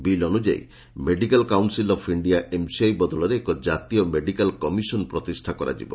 bill ଅନୁଯାୟୀ medical council of India MCI ବଦଳରେ ଏକ ଜାତୀୟ ମେଡ଼ିକାଲ କମିଶନ ପ୍ରତିଷା କରାଯିବ